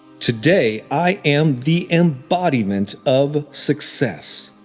today, i am the embodiment of success.